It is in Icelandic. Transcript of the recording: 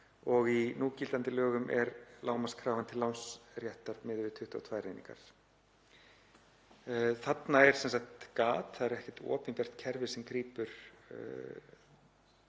og í núgildandi lögum er lágmarkskrafan til lánsréttar miðuð við 22 einingar. Þarna er sem sagt gat, það er ekkert opinbert kerfi sem grípur